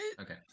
Okay